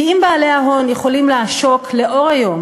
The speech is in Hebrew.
כי אם בעלי ההון יכולים לעשוק לאור היום